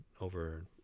over